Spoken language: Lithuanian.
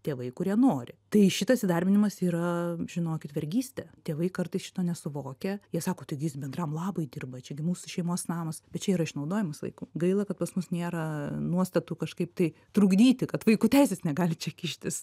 tėvai kurie nori tai šitas įdarbinimas yra žinokit vergystė tėvai kartais šito nesuvokia jie sako taigi jis bendram labui dirba čia gi mūsų šeimos namas bet čia yra išnaudojimas vaiko gaila kad pas mus nėra nuostatų kažkaip tai trukdyti kad vaikų teisės negali čia kištis